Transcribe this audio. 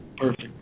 Perfect